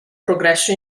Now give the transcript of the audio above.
progresso